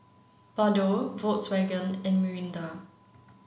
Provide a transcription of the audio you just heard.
Bardot Volkswagen and Mirinda